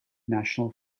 national